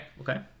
okay